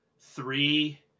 three